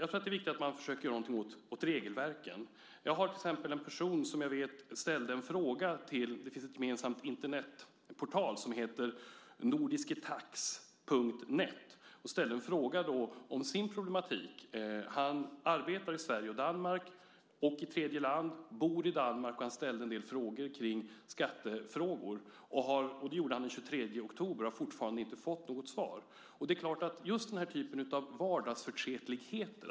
Det är viktigt att man försöker att göra någonting åt regelverken. Det finns en gemensam Internetportal som heter nordisketax.net. Jag vet till exempel att en person frågade om sin problematik. Han arbetar i Sverige, i Danmark och i tredjeland och bor i Danmark. Han ställde en del frågor om skatter. Det gjorde han den 23 oktober, och han har fortfarande inte fått något svar. Det handlar just om den typen av vardagsförtretligheter.